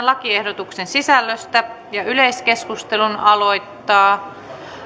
lakiehdotuksen sisällöstä yleiskeskustelun aloittaa